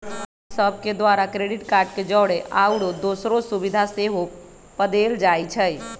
bank सभ के द्वारा क्रेडिट कार्ड के जौरे आउरो दोसरो सुभिधा सेहो पदेल जाइ छइ